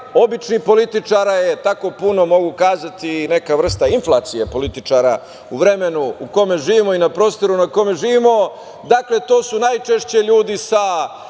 običnih političara je tako puno, mogu reći neka vrsta inflacije političara u vremenu u kome živimo i na prostoru na kome živimo. Dakle, to su najčešće ljudi sa